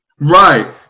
Right